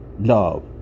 love